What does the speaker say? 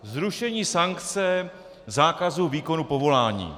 Zrušení sankce zákazu výkonu povolání.